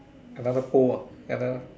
another pole ah other